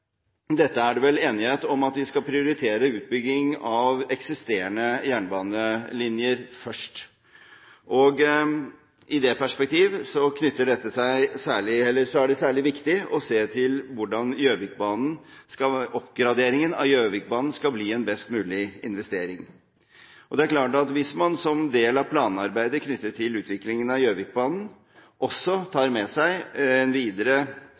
er det vel enighet om at vi skal prioritere utbygging av eksisterende jernbanelinjer først. I det perspektiv er det særlig viktig å se til hvordan oppgraderingen av Gjøvikbanen skal bli en best mulig investering. Det er klart at hvis man som del av planarbeidet med utviklingen av Gjøvikbanen også tar med seg en videre